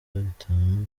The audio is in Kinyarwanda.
bitanu